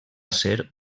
ser